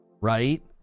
right